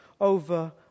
over